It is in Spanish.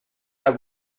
era